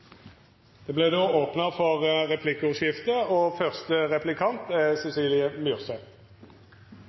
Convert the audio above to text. Det blir for lettvint, og det er